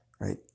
Right